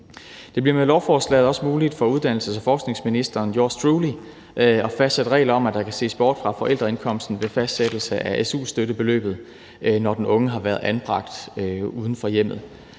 Det bliver med lovforslaget også muligt for uddannelses- og forskningsministeren – yours truly – at fastsætte regler om, at der kan ses bort fra forældreindkomsten ved fastsættelse af su-støttebeløbet, når den unge har været anbragt uden for hjemmet.